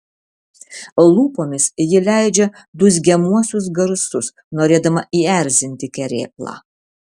lūpomis ji leidžia dūzgiamuosius garsus norėdama įerzinti kerėplą